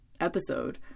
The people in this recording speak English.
episode